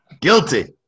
Guilty